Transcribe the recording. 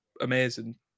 amazing